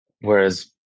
Whereas